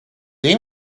they